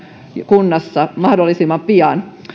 kunnassa mahdollisimman pian